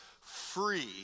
free